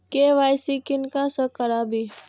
KYC किनका से कराबी?